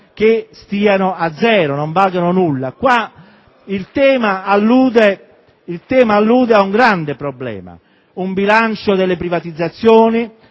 credo stiano a zero e non valgano nulla. Qui il tema allude ad un grande problema: un bilancio delle privatizzazioni,